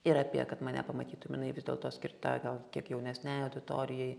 ir apie kad mane pamatytum jinai vis dėlto skirta gal kiek jaunesnei auditorijai